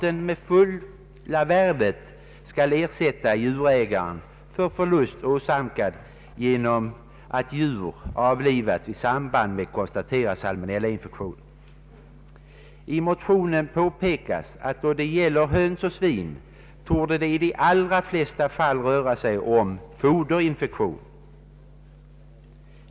ersätta djurägare för förlust, åsamkad genom att djur avlivats i samband med konstaterad salmonellainfektion. I motionen påpekas att det vad det gäller höns och svin i de allra flesta fall rör sig om foderinfektion.